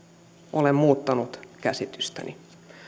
olen muuttanut käsitystäni